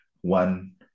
one